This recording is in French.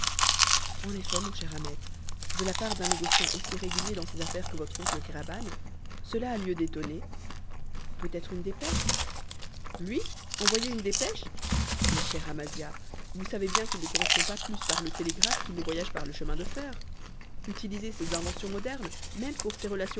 en effet mon cher ahmet de la part d'un négociant aussi régulier dans ses affaires que votre oncle kéraban cela a lieu d'étonner peut-être une dépêche lui envoyer une dépêche mais chère amasia vous savez bien qu'il ne correspond pas plus par le télégraphe qu'il ne voyage par le chemin de fer utiliser ces inventions modernes même pour ses